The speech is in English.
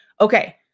Okay